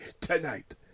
tonight